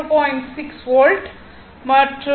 6o volt ஆகும்